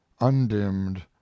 undimmed